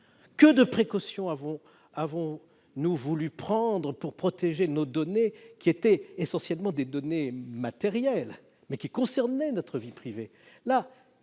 Que de précautions avons-nous voulu prendre pour protéger nos données, qui étaient essentiellement des données matérielles, mais qui concernaient notre vie privée !